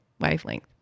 wavelength